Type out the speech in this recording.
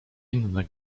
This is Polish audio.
inne